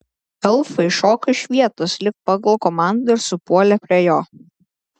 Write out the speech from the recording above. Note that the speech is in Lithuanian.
elfai šoko iš vietos lyg pagal komandą ir supuolė prie jo